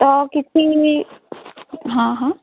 ତ କିଛି ହଁ ହଁ